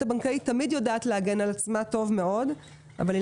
הבנקאית תמיד יודעת להגן על עצמה טוב מאוד אבל היא